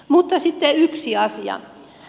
mutta sitten yksi asia